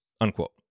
unquote